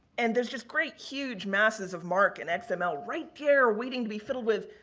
and there's just great huge masses of marc and and xml right there waiting to be filled with.